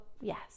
yes